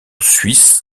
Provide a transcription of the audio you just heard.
suisse